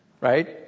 right